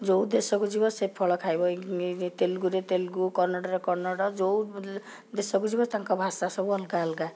ଯେଉଁ ଦେଶକୁ ଯିବ ସେ ଫଳ ଖାଇବ ତେଲୁଗୁରେ ତେଲୁଗୁ କନ୍ନଡ଼ରେ କନ୍ନଡ଼ ଯେଉଁ ଦେଶକୁ ଯିବ ତାଙ୍କ ଭାଷା ସବୁ ଅଲଗା ଅଲଗା